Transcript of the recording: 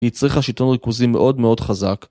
‫היא הצריכה שילטון ריכוזי מאוד מאוד חזק.